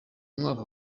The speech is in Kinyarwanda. mwaka